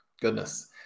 goodness